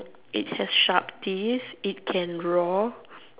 it has sharp teeth's it can roar